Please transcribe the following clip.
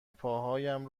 پاهایم